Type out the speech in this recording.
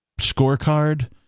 scorecard